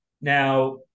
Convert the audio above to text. Now